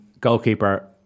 goalkeeper